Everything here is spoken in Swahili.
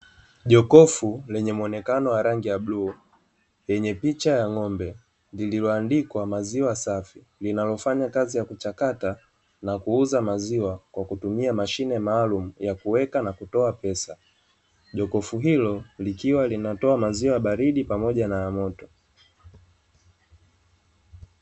Jokofu lenye muonekano wa rangi ya bluu yenye picha ya ng'ombe lililoandikw amaziwa safi, linalofanya kazi ya kuchakata na kuuza maziwa kwa kutumia mashine maalumu ya kuweka na kutoa pesa. Jokofu hilo likiwa linatoa maziwa ya baridi pamoja na ya moto.